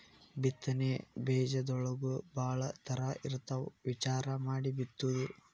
ಬಿತ್ತನೆ ಬೇಜದೊಳಗೂ ಭಾಳ ತರಾ ಇರ್ತಾವ ವಿಚಾರಾ ಮಾಡಿ ಬಿತ್ತುದು